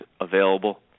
available